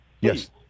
Yes